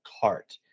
cart